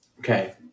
Okay